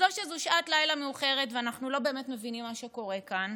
אז או שזאת שעת לילה מאוחרת ואנחנו לא באמת מבינים מה שקורה כאן,